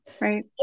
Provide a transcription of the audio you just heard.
Right